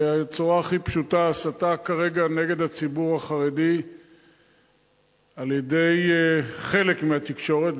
בצורה הכי פשוטה: ההסתה כרגע נגד הציבור החרדי על-ידי חלק מהתקשורת,